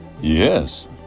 Yes